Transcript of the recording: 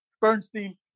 Bernstein